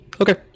Okay